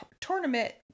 tournament